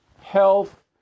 health